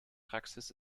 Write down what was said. praxis